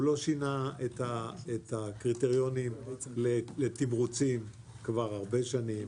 הוא לא שינה את הקריטריונים לתמרוצים כבר הרבה שנים.